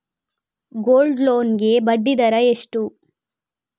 Gold loan ಗೆ ಬಡ್ಡಿ ದರ ಎಷ್ಟು?